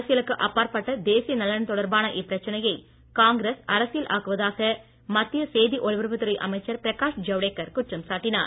அரசியலுக்கு அப்பாற்பட்ட தேசிய நலன் தொடர்பான இப்பிரச்சனையை காங்கிரஸ் அரசியல் ஆக்குவதாக மத்திய செய்தி ஒலிபரப்புத் துறை அமைச்சர் பிரகாஷ் ஜவடேகர் குற்றம்சாட்டினார்